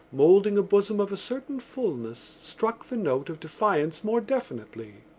moulding a bosom of a certain fullness, struck the note of defiance more definitely.